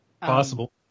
Possible